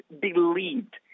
believed